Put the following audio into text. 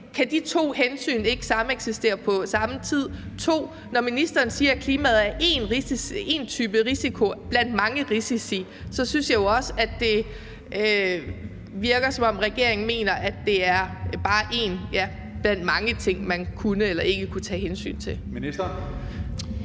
Kan de to hensyn ikke sameksistere, på samme tid? Og 2) Når ministeren siger, at klimaet er én type risiko blandt mange risici, synes jeg jo også, at det virker, som om regeringen mener, at det bare er en blandt mange ting, man kunne eller ikke kunne tage hensyn til. Kl.